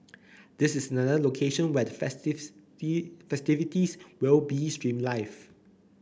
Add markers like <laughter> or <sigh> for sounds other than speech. this is another location where the <unintelligible> the festivities will be streamed live